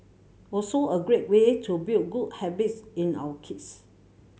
also a great way to build good habits in our kids